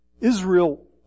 Israel